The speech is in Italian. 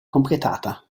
completata